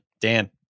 Dan